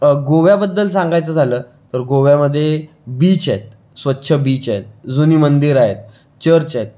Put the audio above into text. गोव्याबद्दल सांगायचं झालं तर गोव्यामध्ये बीच आहेत स्वच्छ बीच आहेत जुनी मंदिर आहेत चर्च आहेत